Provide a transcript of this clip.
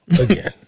Again